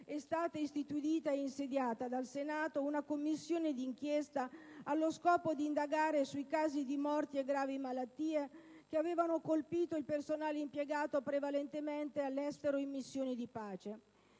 è stata istituita ed insediata dal Senato una Commissione d'inchiesta, allo scopo di indagare sui casi di morti e gravi malattie che avevano colpito il personale impiegato prevalentemente all'estero in missioni di pace.